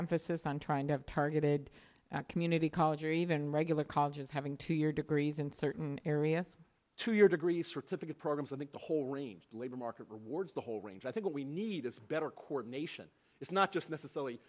emphasis on trying to have targeted at community college or even regular colleges having two year degrees in certain area two year degree certificate programs i think the whole range the labor market rewards the whole range i think we need is better coordination it's not just necessarily